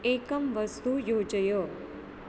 एकं वस्तु योजय